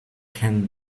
can